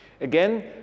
Again